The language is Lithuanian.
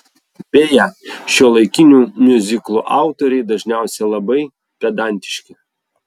beje šiuolaikinių miuziklų autoriai dažniausiai labai pedantiški